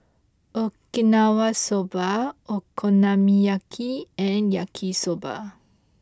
Okinawa Soba Okonomiyaki and Yaki Soba